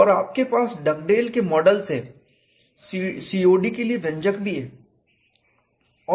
और आपके पास डगडेल के मॉडल से COD के लिए व्यंजक भी है